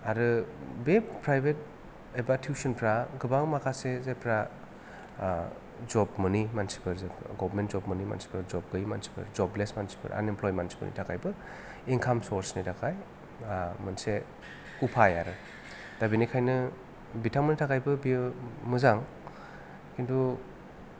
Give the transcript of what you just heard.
आरो बे प्राइभेट एबा टुइस्सनफ्रा गोबां माखासे जायफ्रा जब मोनै मानसिफोर जिखुनु गभ्टमेन्ट जब मोनै मानसिफोर जब गोयै मानसिफोर जबलेस मानसिफोर आनइमप्लइ मानसिफोरनि थाखायबो इनकम सर्सनि थाखाय मोनसे उफाय आरो दा बेनिखायनो बिथांमोननि थाखायबो बियो मोजां खिन्थु